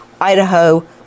Idaho